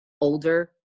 older